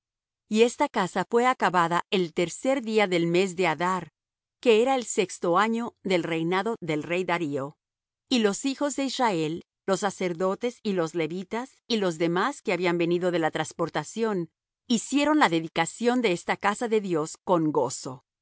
y esta casa fué acabada al tercer día del mes de adar que era el sexto año del reinado del rey darío y los hijos de israel los sacerdotes y los levitas y los demás que habían venido de la trasportación hicieron la dedicación de esta casa de dios con gozo